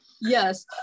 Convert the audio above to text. Yes